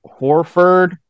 Horford